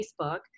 Facebook